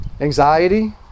anxiety